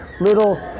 little